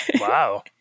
Wow